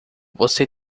você